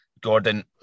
Gordon